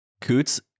coots